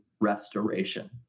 restoration